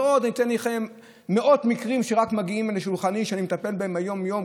ועוד מאות מקרים שמגיעים לשולחני ואני מטפל בהם יום-יום,